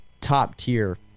top-tier